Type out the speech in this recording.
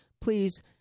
please